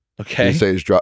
Okay